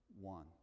one